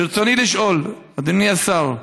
רצוני לשאול, אדוני השר: